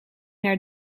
naar